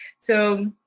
so